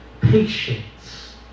patience